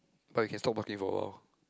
but we can stop working for a while